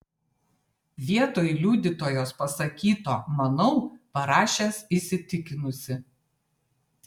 vietoj liudytojos pasakyto manau parašęs įsitikinusi